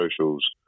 socials